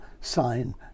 sign